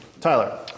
Tyler